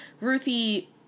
Ruthie